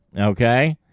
okay